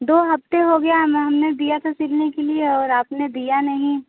दो हफ्ते हो गया हमने दिया था सिलने के लिए और आपने दिया नहीं